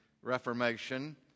Reformation